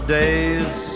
days